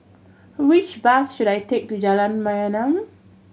which bus should I take to Jalan Mayaanam